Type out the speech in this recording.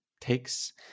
takes